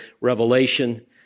revelation